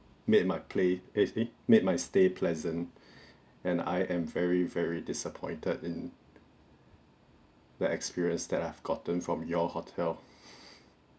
made my play as in made my stay pleasant and I am very very disappointed in the experience that I've gotten from your hotel